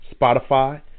Spotify